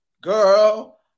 Girl